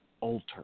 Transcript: alter